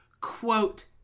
quote